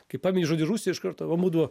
kai pamini žodį rusija iš karto va būdavo